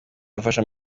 yafashe